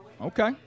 Okay